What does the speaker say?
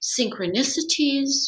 synchronicities